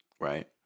right